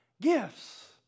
gifts